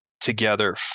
together